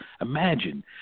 Imagine